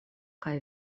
kaj